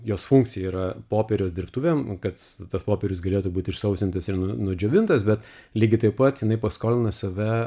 jos funkcija yra popieriaus dirbtuvėm kad tas popierius galėtų būt išsausintas ir nudžiovintas bet lygiai taip pat jinai paskolina save